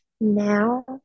now